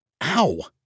Ow